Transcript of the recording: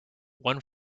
one